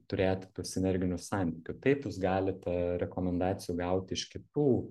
turėti tų sinerginių santykių taip jūs galite rekomendacijų gauti iš kitų